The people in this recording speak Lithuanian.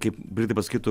kaip britai pasakytų